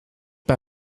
bij